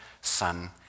Son